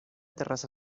terraza